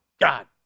God